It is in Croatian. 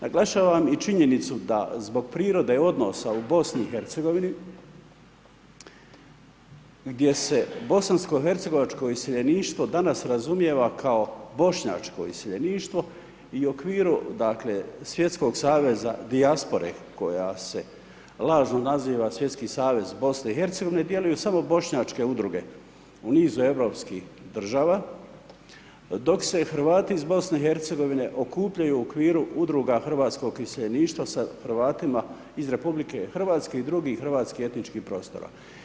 Naglašavam i činjenicu, da zbog prirode odnosa u BIH, gdje se bosansko hercegovačko iseljeništvo, danas, razumijeva kao bošnjačko iseljeništvo i u okviru dakle, Svjetskog saveza dijaspora, koja se lažno naziva Svjetski savez BIH, djeluju samo bošnjačke udruge u nizu europskih država, dok se Hrvati iz BIH, okupljaju u okviru udruga hrvatskog iseljeništva sa Hrvatima iz RH i drugih hrvatskih etičkih prostora.